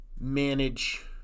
manage